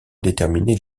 déterminer